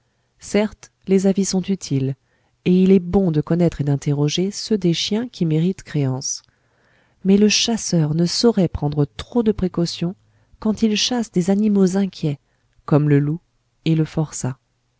certes les avis sont utiles et il est bon de connaître et d'interroger ceux des chiens qui méritent créance mais le chasseur ne saurait prendre trop de précautions quand il chasse des animaux inquiets comme le loup et le forçat